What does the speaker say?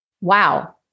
Wow